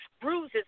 bruises